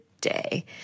day